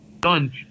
done